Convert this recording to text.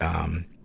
um,